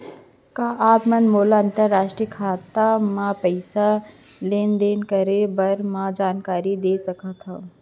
का आप मन मोला अंतरराष्ट्रीय खाता म पइसा लेन देन के बारे म जानकारी दे सकथव?